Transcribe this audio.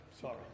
sorry